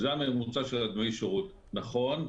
נכון,